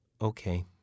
Okay